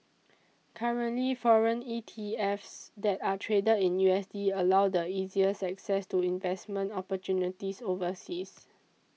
currently foreign ETFs that are traded in U S D allow the easiest access to investment opportunities overseas